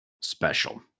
special